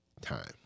time